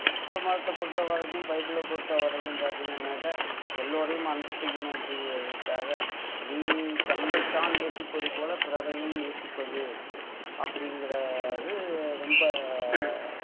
கிறிஸ்துவ மதத்த பொறுத்த வரைக்கும் பைபிளை பொறுத்த வரைக்கும் பார்த்தீங்கன்னாக்கா எல்லோரையும் அன்பு செய்யணும் அப்படிங்கிறதிற்காக நீ தன்னைத் தான் நேசிப்பது போல பிறரையும் நேசிப்பது அப்படிங்கிறது ரொம்ப